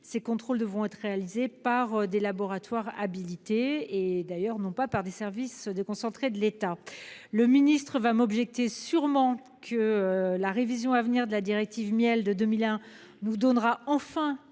Ces contrôles devront être réalisés par des laboratoires habilités, et non par les services déconcentrés de l'État. Le ministre m'objectera sûrement que la révision à venir de la directive Miel de 2001 nous donnera, enfin,